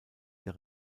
der